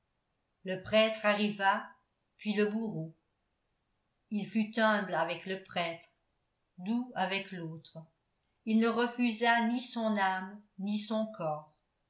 le prêtre arriva puis le bourreau il fut humble avec le prêtre doux avec l'autre il ne refusa ni son âme ni son corps